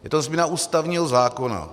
Je to změna ústavního zákona.